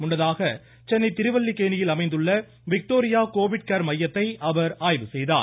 முன்னதாக சென்னை திருவல்லிக்கேணியில் அமைந்துள்ள விக்டோரியா கோவிட் கேர் மையத்தை அவர் ஆய்வு செய்தார்